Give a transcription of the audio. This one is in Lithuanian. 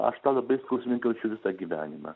aš tą labai skausmingai jaučiu visą gyvenimą